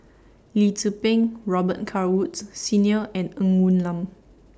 Lee Tzu Pheng Robet Carr Woods Senior and Ng Woon Lam